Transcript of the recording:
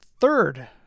third